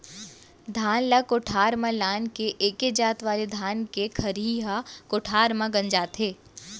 धान ल कोठार म लान के एके जात वाले धान के खरही ह कोठार म गंजाथे